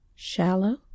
Shallow